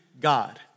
God